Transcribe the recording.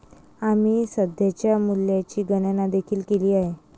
आम्ही सध्याच्या मूल्याची गणना देखील केली आहे